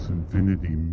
infinity